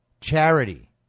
charity